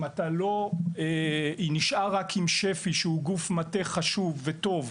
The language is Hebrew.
אם אתה נשאר רק עם שפ"י שהוא גוף מטה חשוב וטוב,